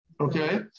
okay